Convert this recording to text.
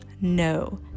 no